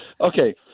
Okay